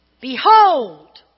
Behold